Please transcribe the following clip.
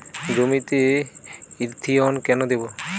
জমিতে ইরথিয়ন কেন দেবো?